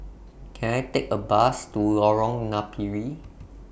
Can I Take A Bus to Lorong Napiri